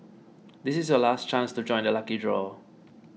this is your last chance to join the lucky draw